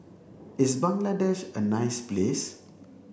is Bangladesh a nice place